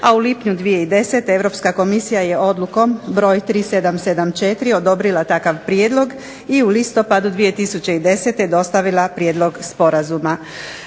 a u lipnju 2010. Europska komisija je odlukom br. 3774 odobrila takav prijedlog i u listopadu 2010. je dostavila prijedlog sporazuma.